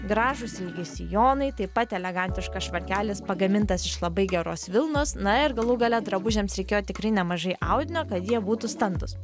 gražūs ilgi sijonai taip pat elegantiškas švarkelis pagamintas iš labai geros vilnos na ir galų gale drabužiams reikėjo tikrai nemažai audinio kad jie būtų standūs